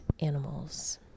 animals